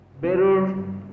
better